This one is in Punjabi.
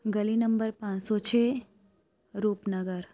ਗਲੀ ਨੰਬਰ ਪੰਜ ਸੌ ਛੇ ਰੂਪਨਗਰ